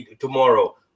tomorrow